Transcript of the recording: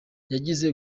zigiye